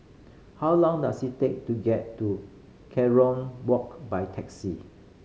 how long does it take to get to Kerong Walk by taxi